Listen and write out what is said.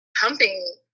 pumping